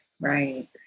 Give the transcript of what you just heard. Right